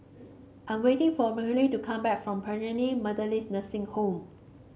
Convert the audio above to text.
I'm waiting for to come back from Bethany Methodist Nursing Home